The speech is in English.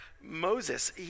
Moses